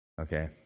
Okay